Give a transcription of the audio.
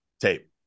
tape